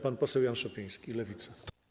Pan poseł Jan Szopiński, Lewica.